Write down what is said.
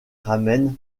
ramène